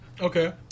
Okay